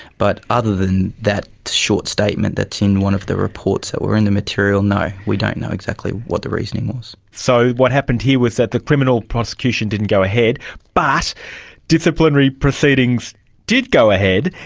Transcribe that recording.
but other than that short statement that's in one of the reports that were in the material, no, we don't know exactly what the reasoning was. so what happened here was that the criminal prosecution didn't go ahead. but disciplinary proceedings did go ahead,